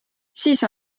siis